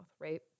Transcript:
right